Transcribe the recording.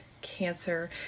cancer